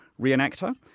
reenactor